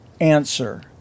answer